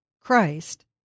Christ